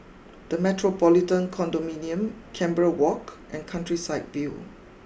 the Metropolitan Condominium Canberra walk and Countryside view